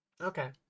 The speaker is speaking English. Okay